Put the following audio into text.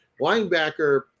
Linebacker